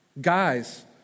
Guys